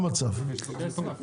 יהיו המספרים ונראה איך אנחנו מתקדמים.